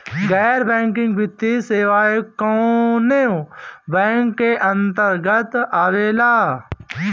गैर बैंकिंग वित्तीय सेवाएं कोने बैंक के अन्तरगत आवेअला?